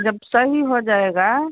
जब सही हो जाएगा